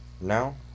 Now